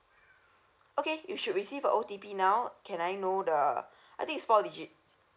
okay you should receive a O_T_P now can I know the I think is four digit